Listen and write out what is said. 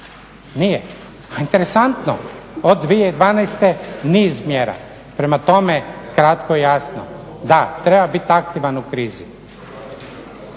nije. A interesantno od 2012. niz mjera, prema tome kratko i jasno, da treba biti aktivan u krizi.